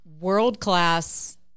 world-class